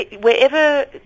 wherever